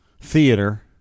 theater